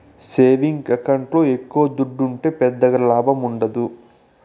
savings ఎకౌంట్ల ఎక్కవ దుడ్డుంటే పెద్దగా లాభముండదు